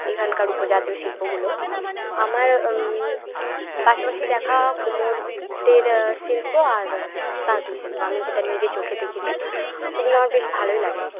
এখানকার উপজাতীয় শিল্পগুলো আমার পাশাপাশি দেখা কুমোরদের শিল্প আর তাঁতি শিল্প আমি যেটা নিজে চোখে দেখেছি এগুলো আমার বেশ ভালোই লাগে